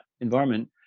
environment